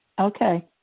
Okay